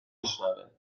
میشنوه